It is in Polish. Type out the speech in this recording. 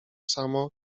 samo